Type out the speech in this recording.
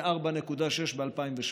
מ-4.6 ב-2008.